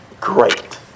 great